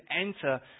enter